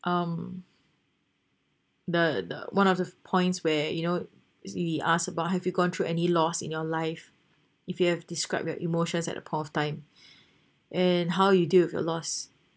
um the the one of the points where you know you asked about have you gone through any loss in your life if you have describe your emotions at the point of time and how you deal with your loss